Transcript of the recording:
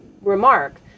remark